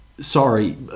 Sorry